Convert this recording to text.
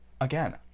again